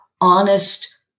honest